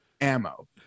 ammo